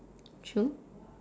true